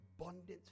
abundance